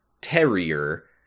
Terrier